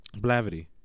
Blavity